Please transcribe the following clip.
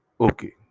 Okay